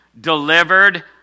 delivered